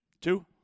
Two